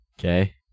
Okay